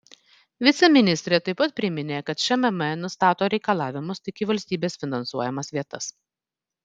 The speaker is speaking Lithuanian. viceministrė taip pat priminė kad šmm nustato reikalavimus tik į valstybės finansuojamas vietas